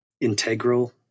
integral